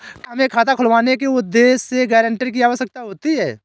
क्या हमें खाता खुलवाने के उद्देश्य से गैरेंटर की आवश्यकता होती है?